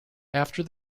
after